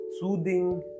soothing